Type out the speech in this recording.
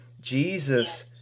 Jesus